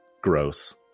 gross